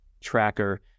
tracker